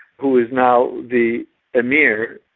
who is now the emir.